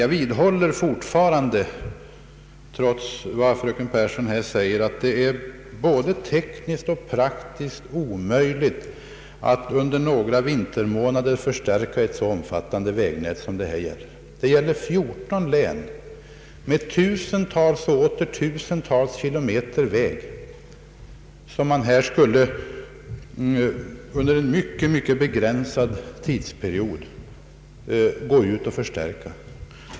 Jag vidhåller, trots vad fröken Pehrsson här säger, att det är både tekniskt och praktiskt omöjligt att under några vintermånader förstärka ett så omfattande vägnät som det här gäller — alltså 14 län med tusentals och åter tusentals kilometer väg som man under en mycket begränsad tidsperiod skulle förstärka.